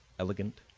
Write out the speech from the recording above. elegant,